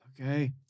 Okay